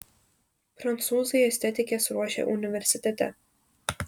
prancūzai estetikes ruošia universitete